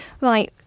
Right